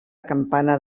campana